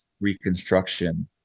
Reconstruction